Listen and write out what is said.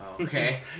Okay